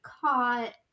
caught